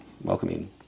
welcoming